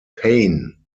paine